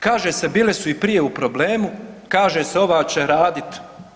Kaže se bile su i prije u problemu, kaže se ova će radit.